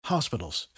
Hospitals